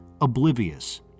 oblivious